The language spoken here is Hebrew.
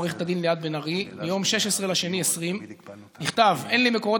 עו"ד ליאת בן-ארי מיום 16 בפברואר 2020 נכתב: אין לי מקורות